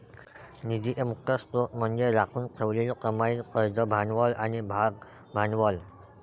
निधीचे मुख्य स्त्रोत म्हणजे राखून ठेवलेली कमाई, कर्ज भांडवल आणि भागभांडवल